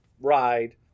ride